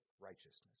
righteousness